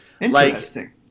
interesting